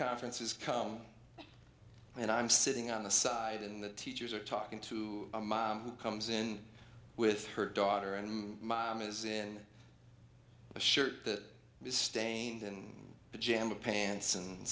conferences come and i'm sitting on the side and the teachers are talking to a mom who comes in with her daughter and my mom is in a shirt that is staying in pajama pants and